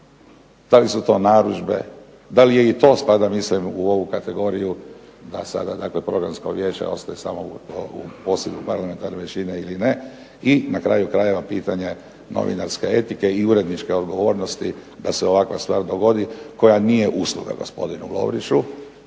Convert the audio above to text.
da li su to narudžbe, da li je i to spada mislim u ovu kategoriju da sada dakle Programsko vijeće ostaje samo u posjedu parlamentarne većine ili ne, i na kraju krajeva pitanje novinarske etike i uredničke odgovornosti da se ovakva stvar dogodi koja nije usluga gospodinu Lovriću,